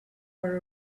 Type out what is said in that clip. were